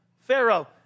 Pharaoh